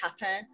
happen